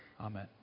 Amen